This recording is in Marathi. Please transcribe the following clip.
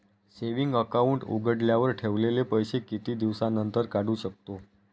सेविंग अकाउंट उघडल्यावर ठेवलेले पैसे किती दिवसानंतर काढू शकतो?